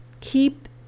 Keep